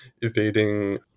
evading